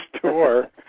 tour